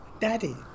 Daddy